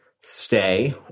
Stay